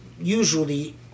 usually